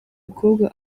mukobwa